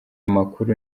amakuru